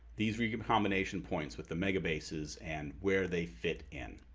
these recombination points, with the mega bases, and where they fit in.